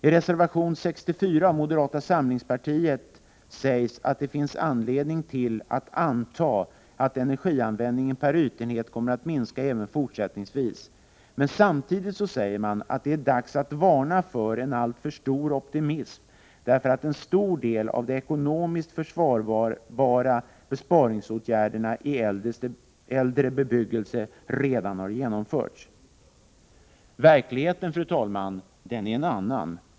I reservation 64 från moderata samlingspartiet sägs att det finns anledning att anta att energianvändningen per ytenhet kommer att minska även fortsättningsvis. Men samtidigt säger man att det är dags att varna för en alltför stor optimism, därför att en stor del av de ekonomiskt försvarbara besparingsåtgärderna i äldre bebyggelse redan har genomförts. Verkligheten, fru talman, är dock en annan!